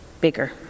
bigger